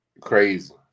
Crazy